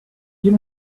you